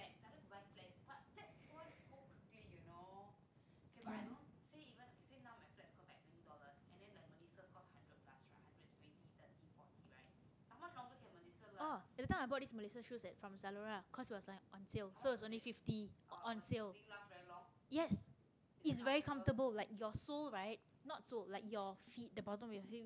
oh that time i bought these melissa shoes at like from zalora 'cause it was like on sale so it was only fifty on sale yes is very comfortable like your sole right like not sole like your feet the bottom of your feet